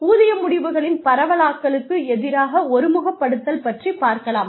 ஊதிய முடிவுகளின் பரவலாக்களுக்கு எதிராக ஒருமுகப்படுத்தல் பற்றிப்பார்க்கலாம்